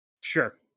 Sure